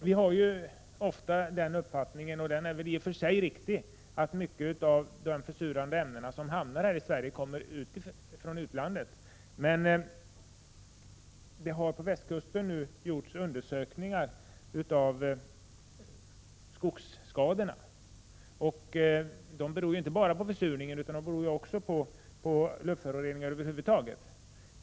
Vi hör ofta den uppfattningen, och den är väl i och för sig riktig, att mycket av de försurande ämnena kommer från utlandet och hamnar i Sverige. Undersökningar vid västkusten visar att skogsskadorna inte bara beror på försurningen utan också på luftföroreningar över huvud taget.